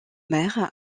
mer